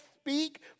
speak